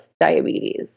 diabetes